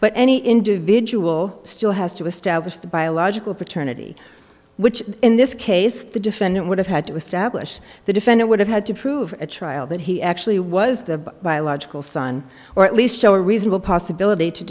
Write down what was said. but any individual still has to establish the biological paternity which in this case the defendant would have had to establish the defendant would have had to prove a trial that he actually was the biological son or at least show a reasonable possibility to